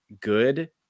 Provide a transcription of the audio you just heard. good